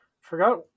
forgot